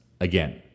again